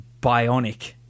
bionic